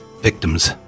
victims